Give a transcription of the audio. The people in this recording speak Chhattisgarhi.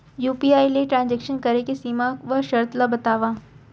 यू.पी.आई ले ट्रांजेक्शन करे के सीमा व शर्त ला बतावव?